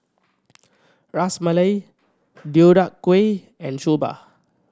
Ras Malai Deodeok Gui and Soba